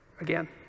again